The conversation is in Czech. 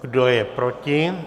Kdo je proti?